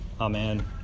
Amen